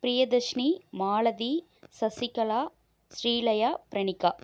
Priyadarshini Malathi Sasikala Srilaya Pranikka